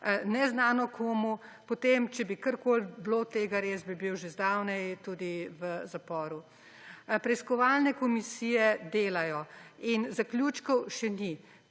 neznano komu, potem če bi karkoli bilo od tega res, bi bil že zdavnaj tudi v zaporu. Preiskovalne komisije delajo in zaključkov še ni.